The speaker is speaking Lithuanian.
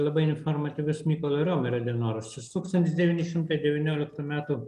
labai informatyvius mykolo romerio dienoraščius tūkstantis devyni šimtai devynioliktų metų